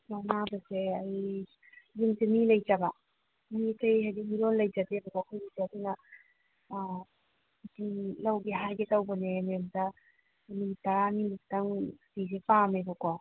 ꯑꯅꯥꯕꯁꯦ ꯑꯩ ꯌꯨꯝꯁꯦ ꯃꯤ ꯂꯩꯇꯕ ꯌꯨꯝꯁꯦ ꯑꯗꯨꯝ ꯃꯤꯔꯣꯜ ꯂꯩꯖꯗꯦꯕꯀꯣ ꯑꯩꯈꯣꯏꯒꯤꯁꯦ ꯑꯗꯨꯅ ꯁꯨꯇꯤ ꯂꯧꯒꯦ ꯍꯥꯏꯒꯦ ꯇꯧꯕꯅꯦ ꯃꯦꯝꯗ ꯅꯨꯃꯤꯠ ꯇꯔꯥꯅꯤ ꯃꯨꯛꯇꯪ ꯁꯨꯇꯤꯁꯦ ꯄꯥꯝꯃꯦꯕꯀꯣ